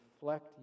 reflect